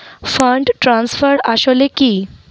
Fund transfer আসলে কী?